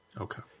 Okay